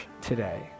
today